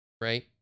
Right